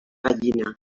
gallina